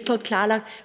skal have klarlagt,